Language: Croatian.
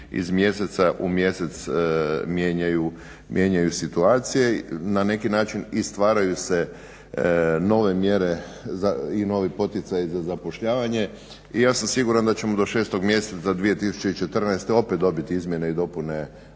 iz mjesec mijenjaju, mijenjaju situacije, na neki način i stvaraju se nove mjere i novi poticaji za zapošljavanje. I ja sam siguran da ćemo do 6 mjeseca 2014. opet dobiti izmjene i dopune